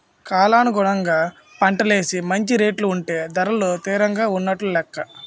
కాలానుగుణంగా పంటలేసి మంచి రేటు ఉంటే ధరలు తిరంగా ఉన్నట్టు నెక్క